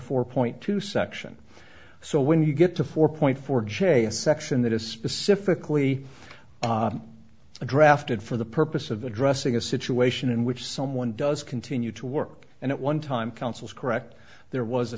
four point two section so when you get to four point four j a section that is specifically a drafted for the purpose of addressing a situation in which someone does continue to work and at one time counsels correct there was a